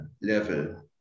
level